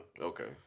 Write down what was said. Okay